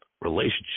relationship